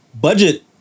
budget